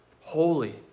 holy